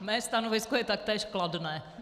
Moje stanovisko je taktéž kladné.